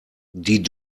die